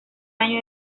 años